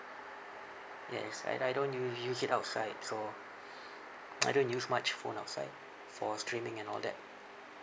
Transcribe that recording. yes and I don't u~ use it outside so I don't use much phone outside for streaming and all that